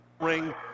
ring